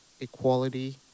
equality